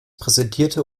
präsentierte